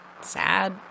sad